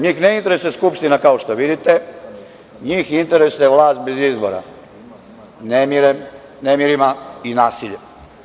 Njih ne interesuje Skupština, kao što vidite, njih interesuje vlast bez izbora, nemirima i nasiljem.